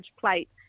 plate